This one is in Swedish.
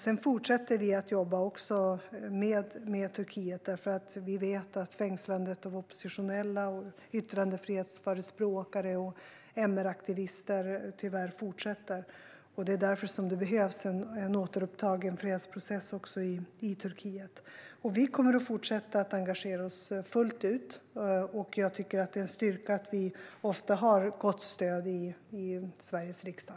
Vi fortsätter också att jobba med Turkiet därför att vi vet att fängslandet av oppositionella, yttrandefrihetsförespråkare och MR-aktivister tyvärr fortsätter. Det är därför som det behövs en återupptagen fredsprocess också i Turkiet. Vi kommer att fortsätta att engagera oss fullt ut. Jag tycker att det är en styrka att vi ofta har gott stöd i Sveriges riksdag.